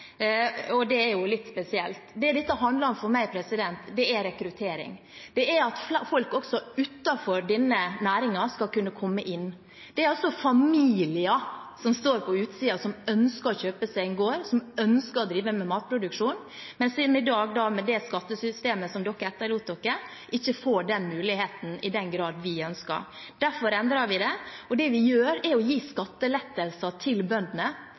og det er jo litt spesielt. Det dette handler om for meg, er rekruttering, det er at folk også utenfor denne næringen skal kunne komme inn. Det er altså familier som står på utsiden, som ønsker å kjøpe seg en gård, som ønsker å drive med matproduksjon, men som i dag, med det skattesystemet som de rød-grønne etterlot seg, ikke får den muligheten i den grad vi ønsker. Derfor endrer vi det. Og det vi gjør, er å gi skattelettelser til bøndene,